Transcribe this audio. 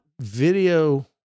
video